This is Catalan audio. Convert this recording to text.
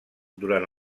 durant